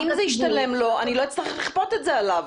אם זה ישתלם לו אני לא אצטרך לכפות את זה עליו.